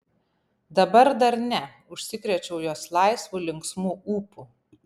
dabar dar ne užsikrėčiau jos laisvu linksmu ūpu